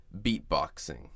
beatboxing